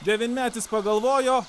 devynmetis pagalvojo